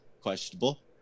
questionable